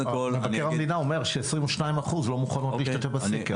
מבקר המדינה אומר ש-22% לא מוכנות להשתתף בסקר.